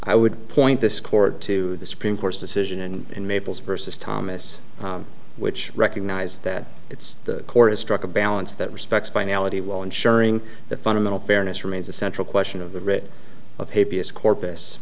i would point this court to the supreme court's decision and mabel's versus thomas which recognize that it's the court has struck a balance that respects finality while ensuring that fundamental fairness remains the central question of the writ of habeas corpus